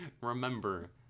Remember